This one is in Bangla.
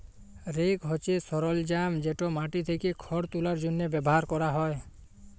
রেক হছে সরলজাম যেট মাটি থ্যাকে খড় তুলার জ্যনহে ব্যাভার ক্যরা হ্যয়